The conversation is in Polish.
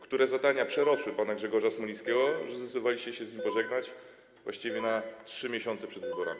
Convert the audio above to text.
Które zadania przerosły pana Grzegorza Smolińskiego, że zdecydowaliście się z nim pożegnać właściwie na 3 miesiące przed wyborami?